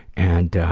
and um,